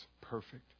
perfect